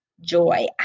joy